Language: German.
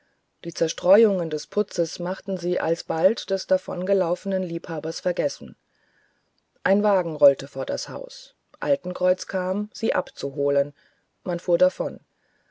die zerstreuungen des putzes machten sie bald des davongelaufenen liebhabers vergessen ein wagen wollte vor das haus altenkreuz kam sie abzuholen man fuhr davon